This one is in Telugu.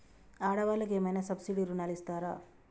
ఆడ వాళ్ళకు ఏమైనా సబ్సిడీ రుణాలు ఇస్తారా?